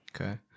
Okay